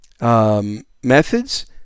methods